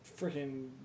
freaking